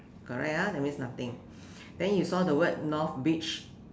correct ah that means nothing then you saw the word north beach